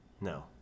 No